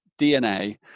dna